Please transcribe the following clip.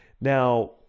Now